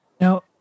Now